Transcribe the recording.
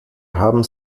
haben